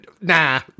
Nah